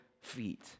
feet